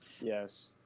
Yes